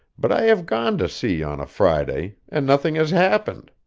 but i have gone to sea on a friday, and nothing has happened